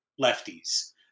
lefties